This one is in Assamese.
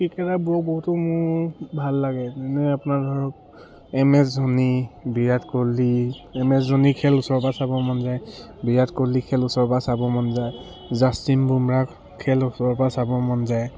ক্ৰিকেটাবোৰ বহুতো মোৰ ভাল লাগে যেনে আপোনাৰ ধৰক M S Dhoni Virat Kohli M S Dhoni খেল ওচৰৰ পা চাব মন যায় বিৰাট কোহলি খেল ওচৰৰ পা চাব মন যায় জাষ্টিম বুমৰা খেল ওচৰৰ পৰা চাব মন যায়